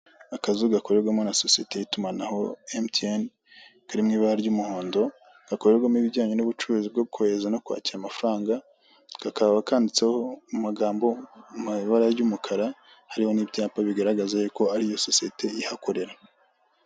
Akazu gakorerwamo na sosiyete y'itumanaho emutiyeni kari mu ibara ry'umuhondo, gakorerwamo ibijyanye n'ubucuruzi bwo kohereza no kwakira amafaranga, kakaba kanditseho amagambo mu ibara ry'umukara hariho n'ibyapa bigargaza ko ariyo sosiyete ihakorera.